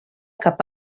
cap